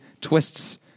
twists